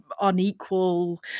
unequal